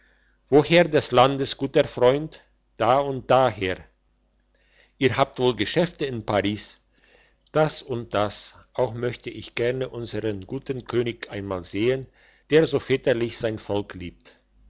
woher des landes guter freund da und da her ihr habt wohl geschäfte in paris das und das auch möchte ich gerne unsern guten könig einmal sehen der so väterlich sein volk liebt